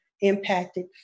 Impacted